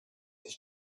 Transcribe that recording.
his